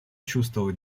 чувствовал